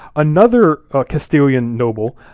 another castilian noble,